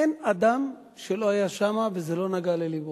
אין אדם שהיה שם וזה לא נגע ללבו.